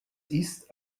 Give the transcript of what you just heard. ist